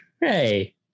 Hey